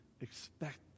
expect